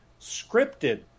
scripted